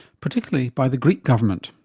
particularly by the greek government.